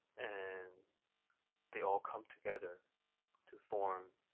and they all come together to form,